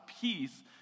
peace